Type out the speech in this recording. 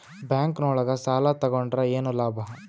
Bank ನೊಳಗ ಸಾಲ ತಗೊಂಡ್ರ ಏನು ಲಾಭ?